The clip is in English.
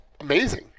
amazing